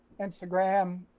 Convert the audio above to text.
Instagram